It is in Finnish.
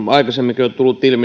aikaisemminkin on tullut ilmi